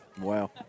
Wow